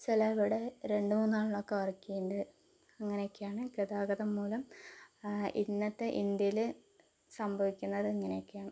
ചിലയവിടെ രണ്ട് മൂന്നണ്ണം ഒക്കെ വർക്ക് ചെയ്യുന്നുണ്ട് അങ്ങനെയൊക്കെയാണ് ഗതാഗതം മൂലം ഇന്നത്തെ ഇന്ത്യയിൽ സംഭവിക്കുന്നത് ഇങ്ങനെയൊക്കെയാണ്